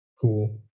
Cool